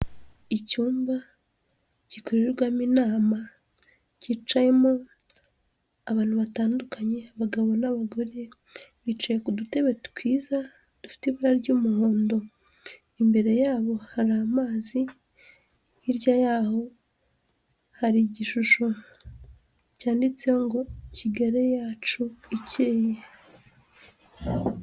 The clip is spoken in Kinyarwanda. Icyumba gikorerwamo inama, kicayemo abantu batandukanye, abagabo, n'abagore, bicaye ku dutebe twiza, dufite ibara ry'umuhondo, imbere yabo hari amazi, hirya yaho hari igishusho cyanditseho ngo "Kigali yacu ikeye".